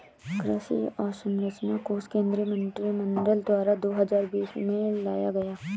कृषि अंवसरचना कोश केंद्रीय मंत्रिमंडल द्वारा दो हजार बीस में लाया गया